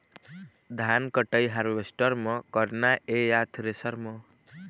धान कटाई हारवेस्टर म करना ये या थ्रेसर म?